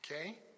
okay